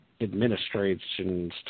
administration's